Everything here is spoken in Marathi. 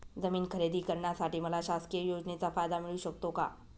जमीन खरेदी करण्यासाठी मला शासकीय योजनेचा फायदा मिळू शकतो का?